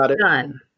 done